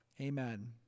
Amen